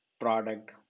product